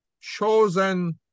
chosen